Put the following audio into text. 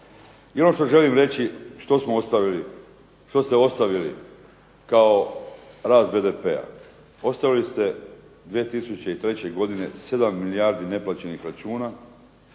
smo ostavili, što ste ostavili kao rast BDP-a. Ostavili ste 2003. godine 7 milijardi neplaćenih računa